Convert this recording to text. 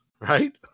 right